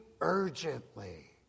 urgently